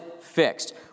fixed